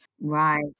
Right